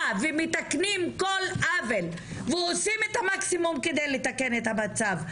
ומתקנים כל עוול ועושים את המקסימום כדי לתקן את המצב.